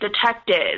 detectives